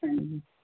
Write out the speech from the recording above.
ਹਾਂਜੀ